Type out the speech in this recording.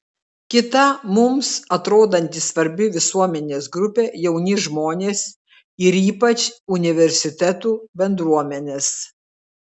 kita mums atrodanti svarbi visuomenės grupė jauni žmonės ir ypač universitetų bendruomenės